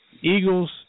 Eagles